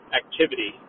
activity